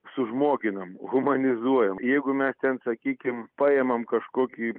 sužmoginam humanizuojam jeigu mes ten sakykim paimam kažkokį